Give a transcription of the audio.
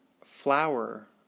Flower